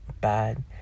bad